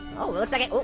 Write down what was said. oh, looks like i,